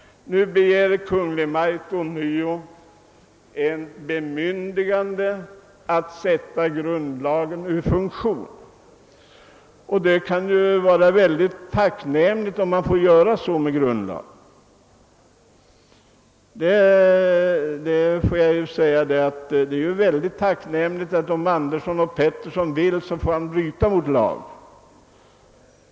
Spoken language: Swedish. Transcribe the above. Kungl. Maj:t begär här ånyo ett bemyndigande att sätta grundlagen ur spel, och det vore ju bekvämt om man fick göra det och bara säga att om Andersson eller Pettersson vill, så får han bryta mot grundlagen.